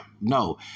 no